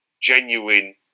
genuine